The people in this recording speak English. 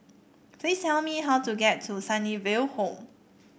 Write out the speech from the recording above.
please tell me how to get to Sunnyville Home